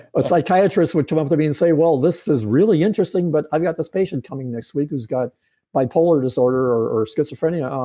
a psychiatrist would come up to me and say, well, this is really interesting, but i've got this patient coming next week who's got bipolar disorder, or schizophrenia. um